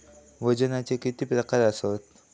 वजनाचे किती प्रकार आसत?